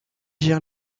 gère